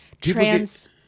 trans